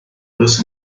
los